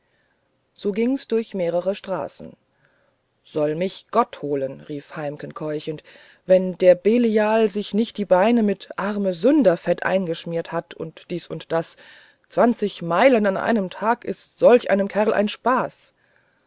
so ging's durch mehrere straßen soll mich gott holen rief heimken keuchend wenn der belial sich nicht die beine mit armesünderfett eingeschmiert hat und dies und das zwanzig meilen in einem tage ist solch einem kerl ein spaß